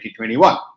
2021